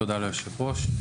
תודה ליושב-ראש.